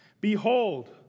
Behold